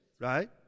right